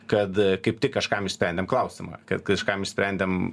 kad kaip tik kažkam išsprendėm klausimą kad kažkam išsprendėm